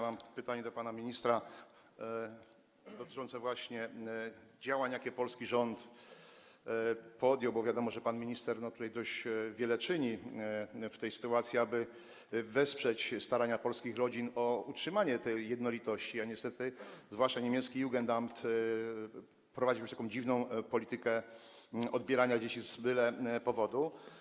Mam pytanie do pana ministra dotyczące działań, jakie polski rząd podjął, bo wiadomo, że pan minister dość wiele czyni w tej sytuacji, aby wesprzeć starania polskich rodzin o utrzymanie jednolitości, a niestety zwłaszcza niemiecki Jugendamt prowadzi jakąś dziwną politykę odbierania dzieci z byle powodu.